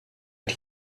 but